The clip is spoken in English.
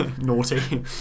Naughty